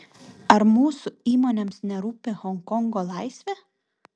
ar mūsų įmonėms nerūpi honkongo laisvė